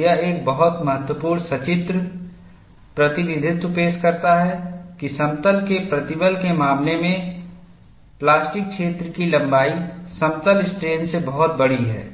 यह एक बहुत महत्वपूर्ण सचित्र प्रतिनिधित्व पेश करता है कि समतल के प्रतिबल के मामले में प्लास्टिक क्षेत्र की लंबाई समतल स्ट्रेन से बहुत बड़ी है